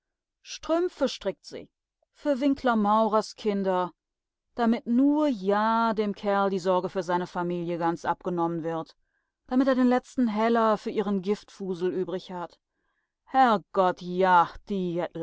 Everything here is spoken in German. strümpfe strickt sie für winkler maurers kinder damit nur ja dem kerl die sorge für seine familie ganz abgenommen wird damit er den letzten heller für ihren giftfusel übrig hat herrgott ja die